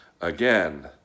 again